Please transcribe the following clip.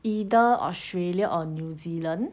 either australia or new zealand